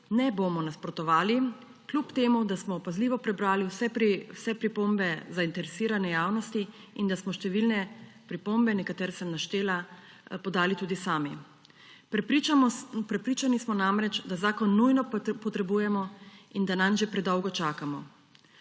ne bomo nasprotovali, kljub temu da smo pazljivo prebrali vse pripombe zainteresirane javnosti in da smo številne pripombe – nekatere sem naštela – podali tudi sami. Prepričani smo namreč, da zakon nujno potrebujemo in da nanj že predolgo čakamo.